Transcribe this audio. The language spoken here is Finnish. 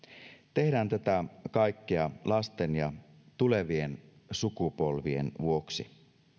tehdään tätä kaikkea lasten ja tulevien sukupolvien vuoksi